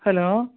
hello